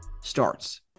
starts